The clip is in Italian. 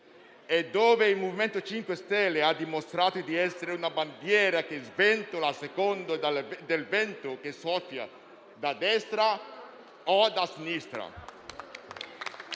e in cui il MoVimento 5 Stelle ha dimostrato di essere una bandiera che sventola a seconda del vento che soffia da destra o da sinistra.